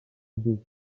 gay